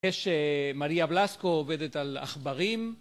יש מריה בלסקו, עובדת על עכברים